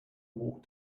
walked